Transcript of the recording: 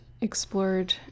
explored